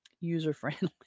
user-friendly